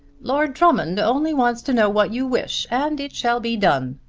lord drummond only wants to know what you wish and it shall be done,